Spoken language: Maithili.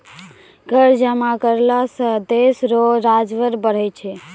कर जमा करला सं देस रो राजस्व बढ़ै छै